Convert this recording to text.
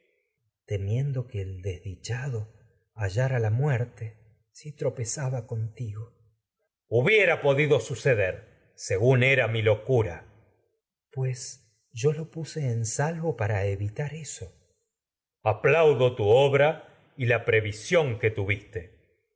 qué que tecmesa temiendo el desdichado hallara la muerte si tropezaba contigo podido suceder según era mi locura yo ayax hubiera tecmesa ayax pues lo puse en salvo para evitar y eso aplaudo tu obra la previsión que tuviste